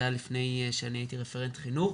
זה היה לפני שהייתי רפרנט חינוך.